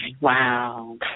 wow